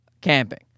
camping